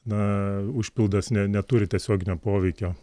na užpildas ne neturi tiesioginio poveikio